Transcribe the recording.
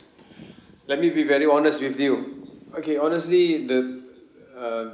let me be very honest with you okay honestly the uh